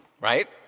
Right